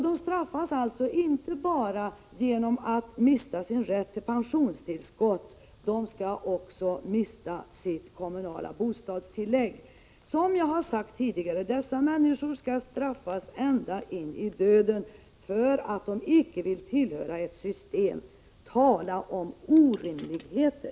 De straffas alltså inte bara genom att de mister sin rätt till pensiontillskott, utan också genom att de mister sitt kommunala bostadstillägg. Dessa människor skall alltså straffas ända in i döden för att de icke vill tillhöra ett system. Tala om orimligheter!